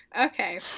okay